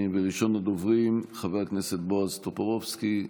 ראשון הדוברים, חבר הכנסת בועז טופורובסקי.